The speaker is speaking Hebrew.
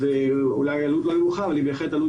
זאת אולי עלות לא נמוכה אבל היא נחשבת עלות